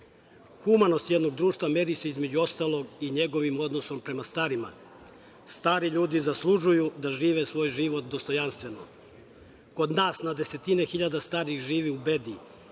može. Humanost jednog društva meri se, između ostalog, i njegovim odnosima prema starima. Stari ljudi zaslužuju da žive svoj život dostojanstveno. Kod nas na desetine hiljada starih živi u bedi,